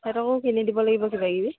সিহঁতকো কিনি দিব লাগিব কিবা কিবি